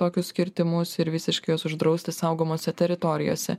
tokius kirtimus ir visiškai juos uždrausti saugomose teritorijose